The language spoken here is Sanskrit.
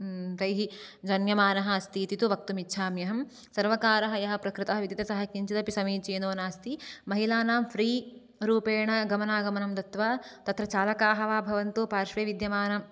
तैः जन्यमानः अस्ति इति तु वक्तुमिच्छाम्यहम् सर्वकारः यः प्रकृतः विदितः सः किञ्चिदपि समीचीनो नास्ति महिलानां फ्री रूपेण गमानागमनं दत्वा तत्र चालकाः वा भवन्तु पार्श्वे विद्यमान